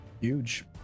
Huge